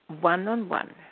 one-on-one